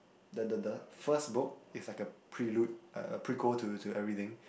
the the the first book is like a prelude uh prequel to to everything